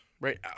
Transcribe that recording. right